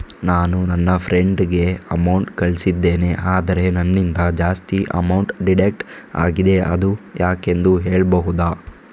ನಾನು ನನ್ನ ಫ್ರೆಂಡ್ ಗೆ ಅಮೌಂಟ್ ಕಳ್ಸಿದ್ದೇನೆ ಆದ್ರೆ ನನ್ನಿಂದ ಜಾಸ್ತಿ ಅಮೌಂಟ್ ಡಿಡಕ್ಟ್ ಆಗಿದೆ ಅದು ಯಾಕೆಂದು ಹೇಳ್ಬಹುದಾ?